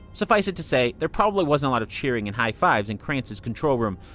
suffice it to say, there probably wasn't a lot of cheering and high fives in kranz's control room.